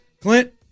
Clint